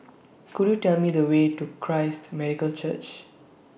Could YOU Tell Me The Way to Christ Medical Church